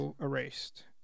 Erased